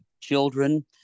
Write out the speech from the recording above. children